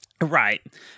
Right